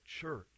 church